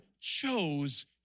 chose